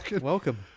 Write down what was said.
Welcome